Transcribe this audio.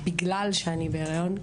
בגלל שאני בהריון,